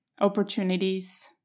opportunities